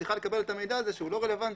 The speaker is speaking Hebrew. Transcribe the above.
צריכה לקבל את המידע הזה שהוא לא רלוונטי.